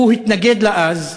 הוא התנגד לה אז,